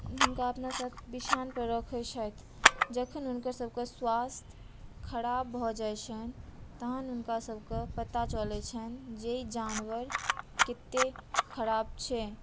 हुनका अपना साथ बिछावनपर रखैत छथि जखन हुनकर सभकेँ स्वास्थ्य खराब भऽ जाइत छनि तहन हुनका सभकेँ पता चलैत छनि जे ई जानवर कतेक खराब छै